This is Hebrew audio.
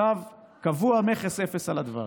צו קבוע של מכס אפס על הדבש,